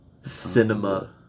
Cinema